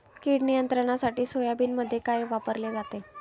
कीड नियंत्रणासाठी सोयाबीनमध्ये काय वापरले जाते?